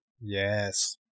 Yes